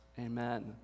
Amen